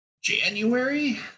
January